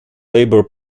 labour